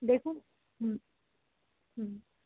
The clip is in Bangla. দেখুন হুম হুম